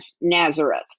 Nazareth